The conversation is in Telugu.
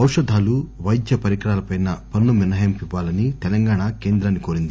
ఔషదాలు పైద్య పరికరాలపై పన్సు మినహాయింపు ఇవ్వాలని తెలంగాణ కేంద్రాన్ని కోరింది